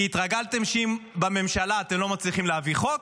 כי התרגלתם שאם בממשלה אתם לא מצליחים להביא חוק,